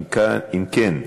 אם כן,